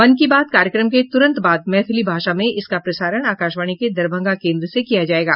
मन की बात कार्यक्रम के तुरंत बाद मैथिली भाषा में इसका प्रसारण आकाशवाणी के दरभंगा केन्द्र से किया जायेगा